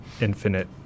Infinite